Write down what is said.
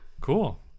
Cool